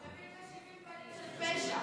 מבין שבעים פנים של פשע.